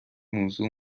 موضوع